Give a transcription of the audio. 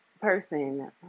person